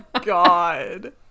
God